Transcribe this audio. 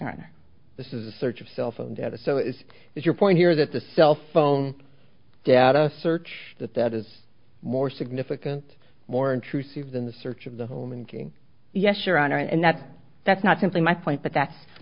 yes this is a search of cell phone data so is that your point here that the cell phone data search that that is more significant more intrusive than the search of the home in king yes your honor and that that's not simply my point but that's